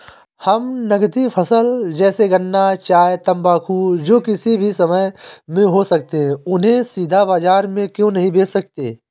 हम नगदी फसल जैसे गन्ना चाय तंबाकू जो किसी भी समय में हो सकते हैं उन्हें सीधा बाजार में क्यो नहीं बेच सकते हैं?